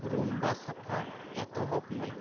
ᱨᱩᱢᱵᱟ ᱥᱟᱯᱷᱟ ᱮᱛᱚᱦᱚᱵ ᱢᱮ